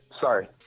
Sorry